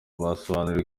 basobanuriwe